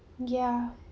ya